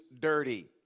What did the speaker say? dirty